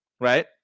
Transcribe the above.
right